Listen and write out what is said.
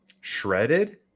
Shredded